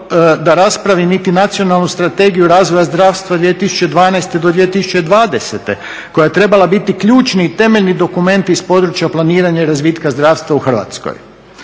da raspravi niti nacionalnu strategiju razvoja zdravstva 2012. do 2020. koja je trebala biti ključni i temeljni dokument iz područja planiranja i razvitka zdravstva u Hrvatskoj.